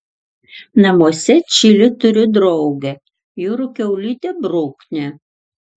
namuose čili turi draugę jūrų kiaulytę bruknę